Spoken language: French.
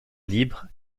libres